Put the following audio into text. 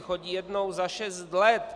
Chodí jednou za šest let.